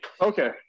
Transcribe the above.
Okay